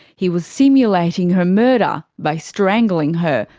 he was simulating her murder by strangling her,